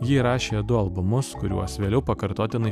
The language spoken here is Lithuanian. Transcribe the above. ji įrašė du albumus kuriuos vėliau pakartotinai